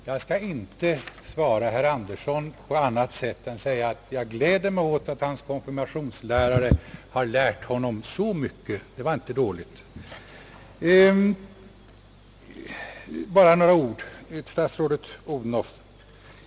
Herr talman! Jag skall inte svara herr Birger Andersson på annat sätt än att säga att jag gläder mig åt att hans konfirmationslärare har lärt honom så mycket. Det var inte dåligt. Så vill jag rikta några ord till statsrådet Odhnoff.